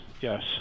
yes